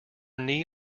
knee